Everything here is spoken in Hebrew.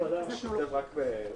הישיבה ננעלה בשעה 13:15